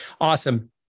Awesome